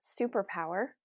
superpower